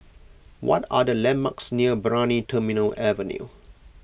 what are the landmarks near Brani Terminal Avenue